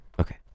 okay